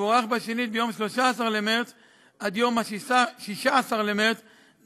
ושנית ביום 13 במרס 2017 עד יום 16 במרס 2017,